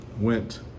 went